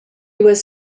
was